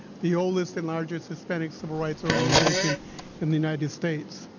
the oldest and largest hispanic civil rights organization in the united states.